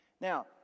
Now